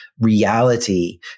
reality